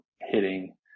hitting